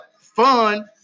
fun